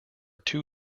too